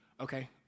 okay